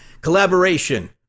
Collaboration